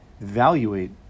evaluate